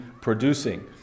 producing